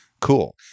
Cool